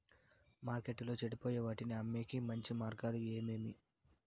మార్కెట్టులో చెడిపోయే వాటిని అమ్మేకి మంచి మార్గాలు ఏమేమి